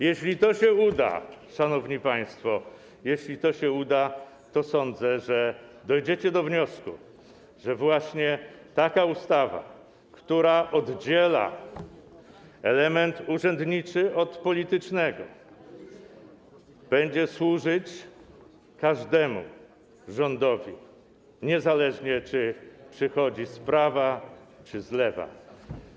Jeśli to się uda, szanowni państwo, to sądzę, że dojdziecie do wniosku, że właśnie taka ustawa, która oddziela element urzędniczy od politycznego, będzie służyć każdemu rządowi, niezależnie, czy przychodzi z prawa, czy z lewa.